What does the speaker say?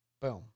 Boom